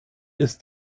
ist